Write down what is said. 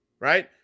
right